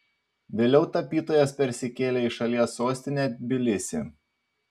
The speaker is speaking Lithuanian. vėliau tapytojas persikėlė į šalies sostinę tbilisį